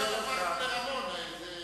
חבר הכנסת רמון, אתה צודק.